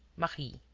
marie.